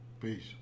Peace